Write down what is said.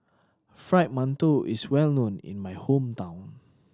Fried Mantou is well known in my hometown